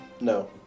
No